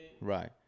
Right